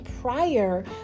prior